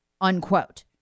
unquote